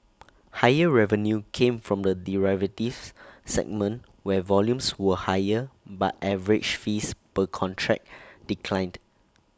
higher revenue came from the derivatives segment where volumes were higher but average fees per contract declined